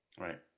right